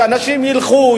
שאנשים ילכו,